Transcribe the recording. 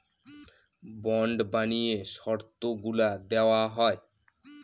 bond বানিয়ে শর্তগুলা দেওয়া হয়